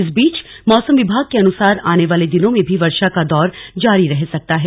इस बीच मौसम विभाग के अनुसार आने वाले दिनों में भी वर्षा का दौर जारी रह सकता है